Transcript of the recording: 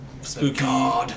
Spooky